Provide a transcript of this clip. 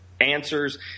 answers